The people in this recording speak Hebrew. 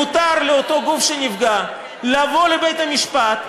מותר לאותו גוף שנפגע לבוא לבית-המשפט,